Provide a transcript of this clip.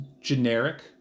generic